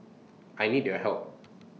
I need your help